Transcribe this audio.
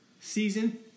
season